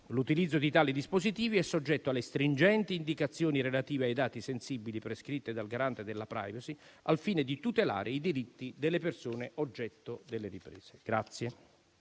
L'utilizzo di tali dispositivi è soggetto alle stringenti indicazioni relative ai dati sensibili, prescritte dal Garante della *privacy* al fine di tutelare i diritti delle persone oggetto delle riprese.